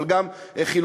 אבל גם חילונים,